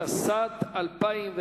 התשס"ט 2009,